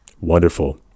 Wonderful